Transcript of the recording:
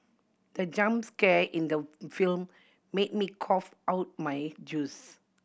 the jump scare in the film made me cough out my juice